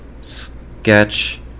sketch